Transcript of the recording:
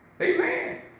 Amen